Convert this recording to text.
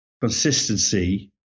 consistency